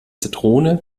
zitrone